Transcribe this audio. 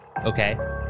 Okay